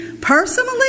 Personally